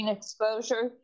Exposure